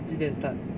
几点 start